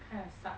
kinda sucks